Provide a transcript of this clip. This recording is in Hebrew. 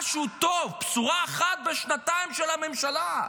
משהו טוב, בשורה אחת בשנתיים של הממשלה,